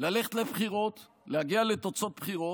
ללכת לבחירות, להגיע לתוצאות בחירות,